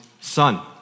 son